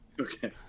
Okay